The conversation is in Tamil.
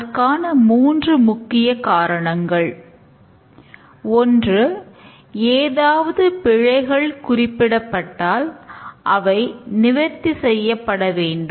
அதற்கான மூன்று முக்கிய காரணங்கள் ஒன்று ஏதாவது பிழைகள் குறிப்பிடப்பட்டால் அவை நிவர்த்தி செய்யப்பட வேண்டும்